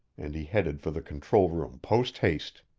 and he headed for the control room posthaste.